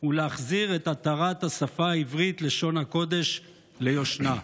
ולהחזיר את עטרת השפה העברית, לשון הקודש, ליושנה.